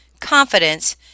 confidence